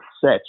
set